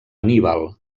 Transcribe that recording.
anníbal